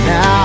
Now